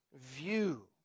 view